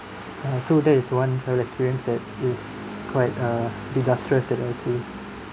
uh so that is one travel experience that is quite a disastrous that I say